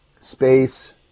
space